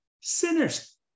sinners